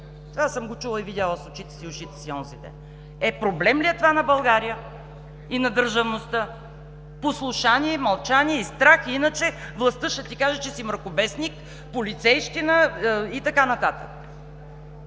Това съм го чула и видяла с ушите и очите си онзи ден. Е, проблем ли е това на България и на държавността? – Послушание, мълчание и страх, иначе властта ще ти каже, че си мракобесник, полицейщина и така нататък.